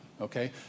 Okay